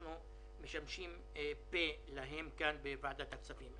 אנחנו משמשים להם פה בוועדת הכספים.